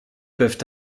peuvent